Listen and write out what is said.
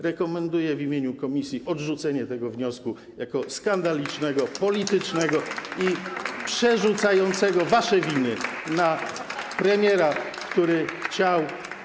Rekomenduję w imieniu komisji odrzucenie tego wniosku jako skandalicznego, politycznego i przerzucającego wasze winy na premiera, który chciał.